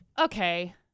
okay